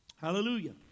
Hallelujah